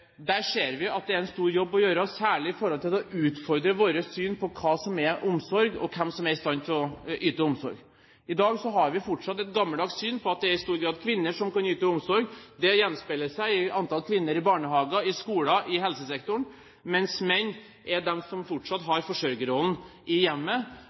Der vi ennå ikke har lyktes godt, nemlig på likelønn, ser vi at det er en stor jobb å gjøre, særlig når det gjelder å utfordre vårt syn på hva som er omsorg, og hvem som er i stand til å yte omsorg. I dag har vi fortsatt et gammeldags syn på at det i stor grad er kvinner som kan yte omsorg. Det gjenspeiler seg i antall kvinner i barnehager, i skoler, i helsesektoren, mens menn er de som fortsatt har forsørgerrollen i hjemmet.